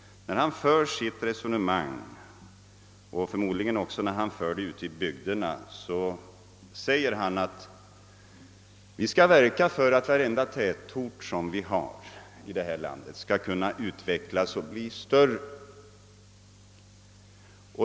När han för sitt resonemang här och förmodligen också när han gör det ute i bygderna sär ger han, att vi skall verka för att varje tätort skall kunna utvecklas och bli större.